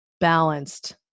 balanced